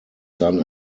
son